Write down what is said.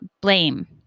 blame